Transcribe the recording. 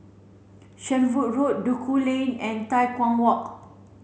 Shenvood Road Duku Lane and Tai Hwan Walk